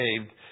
saved